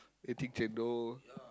eating chendol